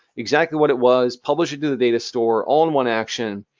exactly what it was, publish it to the data store, all in one action,